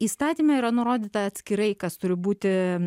įstatyme yra nurodyta atskirai kas turi būti